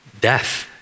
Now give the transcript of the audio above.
death